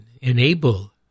enable